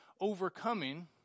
overcoming